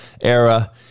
era